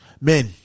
Men